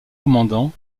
commandant